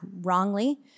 wrongly